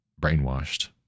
brainwashed